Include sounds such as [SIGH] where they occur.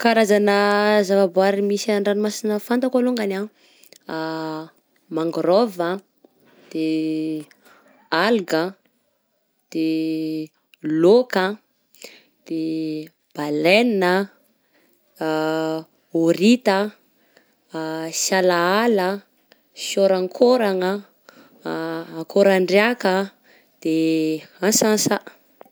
[HESITATION] Karazana zava-boary misy any an-dranomasina fantako alongany: [HESITATION] mangrôvy a, de alga, de lôka a, de baleina a, [HESITATION] hôrita, [HESITATION] salahala, sôrakôrana, [HESITATION] akôrandriàka, de ansansa.